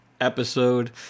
episode